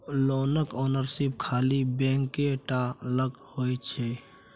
लोनक ओनरशिप खाली बैंके टा लग होइ छै